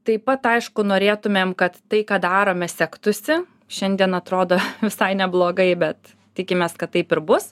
taip pat aišku norėtumėm kad tai ką darome sektųsi šiandien atrodo visai neblogai bet tikimės kad taip ir bus